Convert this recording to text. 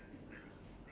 ya